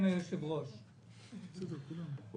אישור מינויו של מר גיל סגל למנכ"ל הכנסת רוב נגד אין